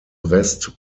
rest